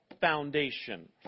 foundation